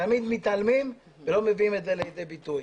תמיד מתעלמים ולא מביאים את זה לידי ביטוי.